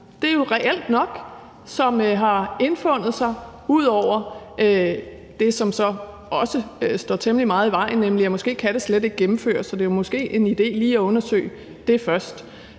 med den eftertanke, som har indfundet sig udover det, som så også står temmelig meget i vejen, nemlig at det måske slet ikke kan gennemføres, så det var måske en idé lige at undersøge det først,